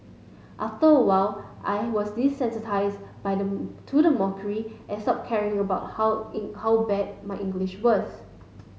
after a while I was desensitize by the to the mockery and stop caring about how how bad my English was